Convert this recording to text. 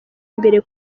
imbere